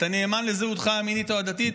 אתה נאמן לזהותך המינית או הדתית,